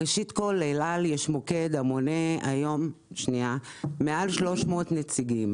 לאל על יש מוקד שמונה היום מעל 300 נציגים.